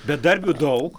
bedarbių daug